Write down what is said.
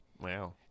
Wow